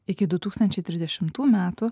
iki du tūkstančiai trisdešimtų metų